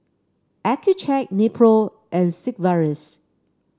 Accucheck Nepro and Sigvaris